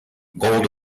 gold